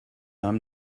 i’m